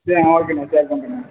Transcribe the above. சரிண்ணே ஓகேண்ணே ஷேர் பண்ணுறேன்ணே